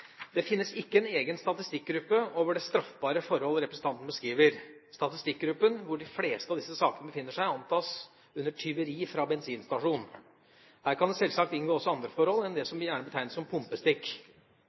Det finnes ikke en egen statistikkgruppe over det straffbare forhold representanten beskriver. Statistikkgruppen hvor de fleste av disse sakene befinner seg, antas å være under «tyveri fra bensinstasjon». Her kan det selvsagt inngå også andre forhold enn det